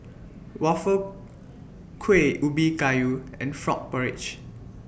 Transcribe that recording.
Waffle Kuih Ubi Kayu and Frog Porridge